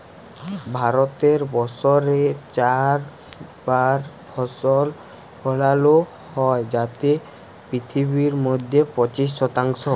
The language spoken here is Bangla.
ভারতে বসরে চার বার ফসল ফলালো হ্যয় যাতে পিথিবীর মইধ্যে পঁচিশ শতাংশ